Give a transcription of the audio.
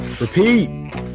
Repeat